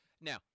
now